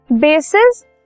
bases